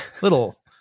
little